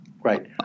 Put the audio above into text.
right